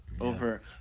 over